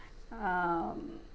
um